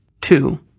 Two